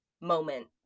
moment